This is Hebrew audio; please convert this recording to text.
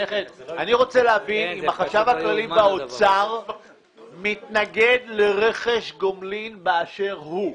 רוצה להבין אם החשב הכללי באוצר מתנגד לרכש גומלין באשר הוא.